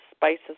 Spices